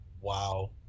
Wow